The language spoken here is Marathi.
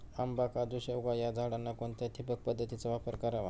आंबा, काजू, शेवगा या झाडांना कोणत्या ठिबक पद्धतीचा वापर करावा?